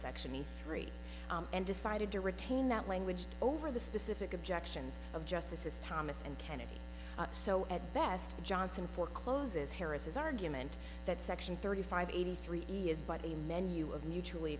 subsection e three and decided to retain that language over the specific objections of justices thomas and kennedy so at best johnson forecloses harris his argument that section thirty five eighty three is but a menu of mutually